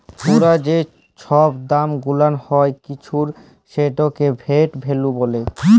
পুরা যে ছব দাম গুলাল হ্যয় কিছুর সেটকে লেট ভ্যালু ব্যলে